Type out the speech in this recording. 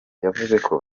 yavuzeko